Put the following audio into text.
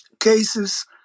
cases